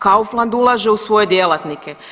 Kaufland ulaže u svoje djelatnike.